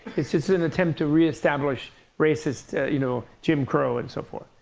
it's just an attempt to re-establish racist, you know jim crow and so forth.